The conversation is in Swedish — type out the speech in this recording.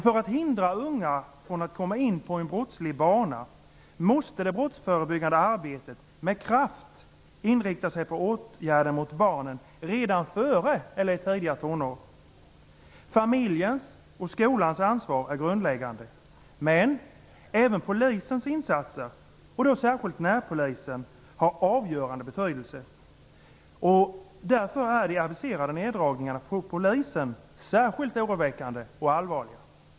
För att hindra unga från att komma in på en brottslig bana måste det brottsförebyggande arbetet med kraft inrikta sig på åtgärder mot barnen redan före eller i de tidiga tonåren. Familjens och skolans ansvar är grundläggande. Men även polisens insatser, särskilt närpolisen, har avgörande betydelse. Därför är de aviserade neddragningarna på polisen särskilt oroväckande och allvarliga.